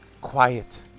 quiet